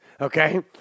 okay